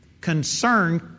concerned